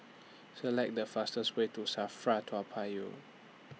Select The fastest Way to SAFRA Toa Payoh